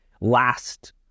last